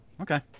Okay